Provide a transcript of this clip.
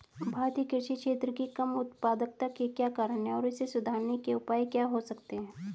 भारतीय कृषि क्षेत्र की कम उत्पादकता के क्या कारण हैं और इसे सुधारने के उपाय क्या हो सकते हैं?